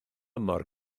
mor